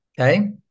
Okay